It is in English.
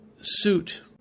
suit